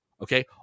okay